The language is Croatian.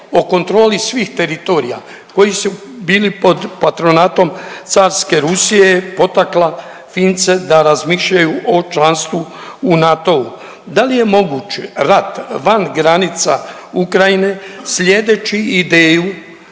o kontroli svih teritorija koji su bili pod patronatom Carske Rusije je potakla Fince da razmišljaju o članstvu u NATO-u. Da li je moguće rat van granica Ukrajine slijedeći ideju